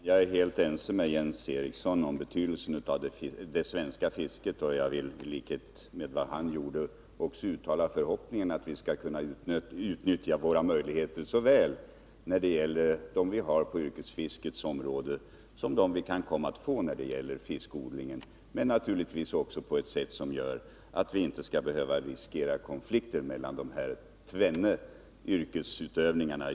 Herr talman! Jag är helt ense med Jens Eriksson om betydelsen av det svenska fisket. Jag vill i likhet med honom uttala förhoppningen att vi skall kunna utnyttja våra möjligheter såväl på yrkesfiskets område som i fråga om de resurser vi kan komma att få genom fiskodling. Vi skall naturligtvis utnyttja dessa resurser på ett sätt som gör att vi inte skall behöva riskera konflikter mellan de här tvenne yrkesutövningarna.